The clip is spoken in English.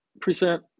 present